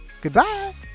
Goodbye